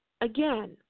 again